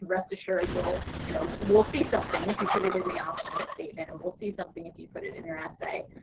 rest assured we'll you know we'll see something if you put it in the optional statement, and we'll see something if you put it in your essay,